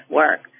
work